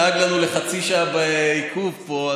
דאג לנו לחצי שעה עיכוב פה,